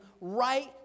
right